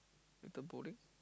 later bowling